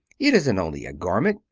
it isn't only a garment.